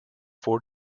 four